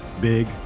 big